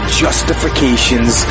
justifications